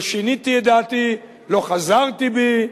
לא שיניתי את דעתי, לא חזרתי בי,